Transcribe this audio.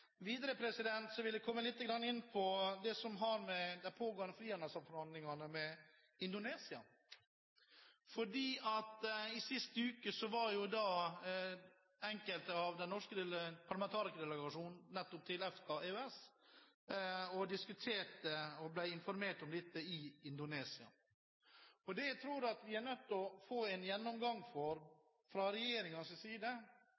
Videre vil jeg komme litt inn på de pågående frihandelsforhandlingene med Indonesia. Sist uke var enkelte av den norske parlamentarikerdelegasjonen til EFTA/EØS i Indonesia og diskuterte og ble informert om dette. Det jeg tror vi er nødt til å få en gjennomgang av fra regjeringens side,